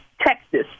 Texas